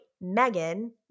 Megan